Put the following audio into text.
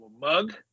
mug